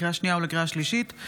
לקריאה שנייה ולקריאה שלישית,